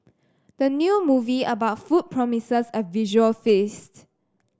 the new movie about food promises a visual feast